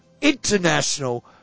International